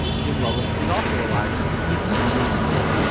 jim lovell is also alive he's eighty eight years old.